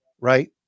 right